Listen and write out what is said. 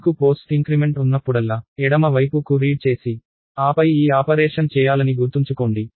మీకు post increment ఉన్నప్పుడల్లా ఎడమ వైపు కు రీడ్ చేసి ఆపై ఈ ఆపరేషన్ చేయాలని గుర్తుంచుకోండి